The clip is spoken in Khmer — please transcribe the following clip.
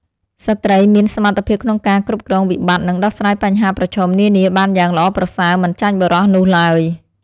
ស្ត្រីមានសមត្ថភាពក្នុងការគ្រប់គ្រងវិបត្តិនិងដោះស្រាយបញ្ហាប្រឈមនានាបានយ៉ាងល្អប្រសើរមិនចាញ់បុរសនោះឡើយ។